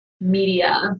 media